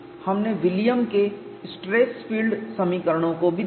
हमने विलियम्स के stress field समीकरणों को भी देखा है